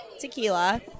tequila